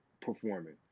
performing